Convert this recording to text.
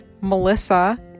melissa